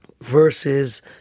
verses